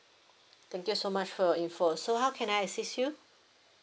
thank you so much for your info so how can I assist you